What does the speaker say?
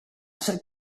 should